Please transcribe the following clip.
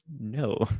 No